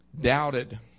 doubted